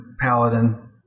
paladin